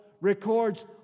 records